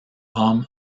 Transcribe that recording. homme